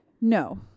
No